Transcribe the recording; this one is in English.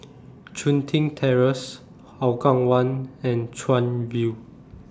Chun Tin Terrace Hougang one and Chuan View